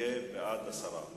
יהיה בעד הסרה.